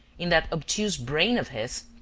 in that obtuse brain of his,